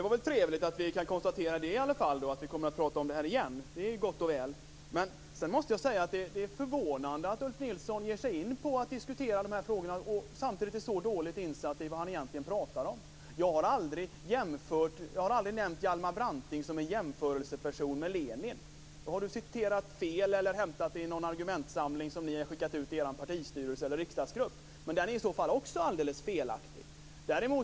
Fru talman! Det var väl trevligt att vi i alla fall kan konstatera att vi kommer att tala om detta igen. Det är ju gott och väl. Men sedan måste jag säga att det är förvånande att Ulf Nilsson ger sig in på att diskutera de här frågorna och samtidigt är så dåligt insatt i vad han egentligen talar om. Jag har aldrig nämnt Hjalmar Branting som en person att jämföra med Lenin. Det måste vara felciterat eller hämtat i någon argumentsamling som ni har skickat ut till er partistyrelse eller riksdagsgrupp, men den är i så fall alldeles felaktig.